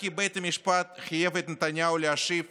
רק כי בית המשפט חייב את נתניהו להשיב